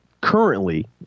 currently